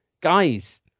guys